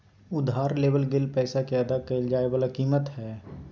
उधार लेवल गेल पैसा के अदा कइल जाय वला कीमत हइ